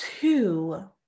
two